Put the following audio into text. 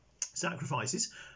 Sacrifices